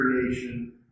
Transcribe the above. creation